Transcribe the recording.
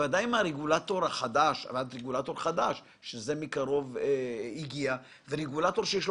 בוודאי מהרגולטור החדש שזה מקרוב הגיע ויש לו